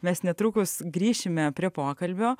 mes netrukus grįšime prie pokalbio